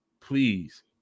Please